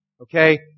Okay